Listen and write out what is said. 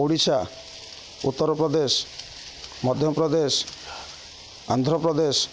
Odisha Uttar Pradesh Madhya Pradesh Andhra Pradesh